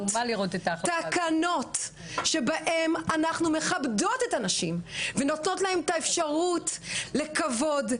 תקנות שבהם אנחנו מכבדות את הנשים ונותנות להן את האפשרות לכבוד,